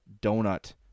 donut